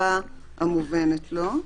"בשפה המובנת לו".